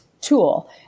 tool